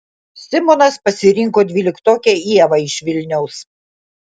simonas pasirinko dvyliktokę ievą iš vilniaus